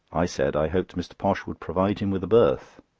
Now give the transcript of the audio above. i said i hoped mr. posh would provide him with a berth.